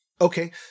Okay